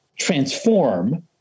transform